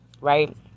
right